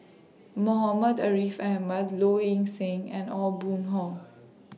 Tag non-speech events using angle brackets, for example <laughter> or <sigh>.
Muhammad Ariff Ahmad Low Ing Sing and Aw Boon Haw <noise>